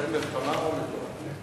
מחרחר מלחמה או מטורף?